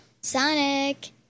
Sonic